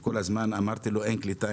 וכל הזמן אמרתי לו שאין קליטה.